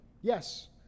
Yes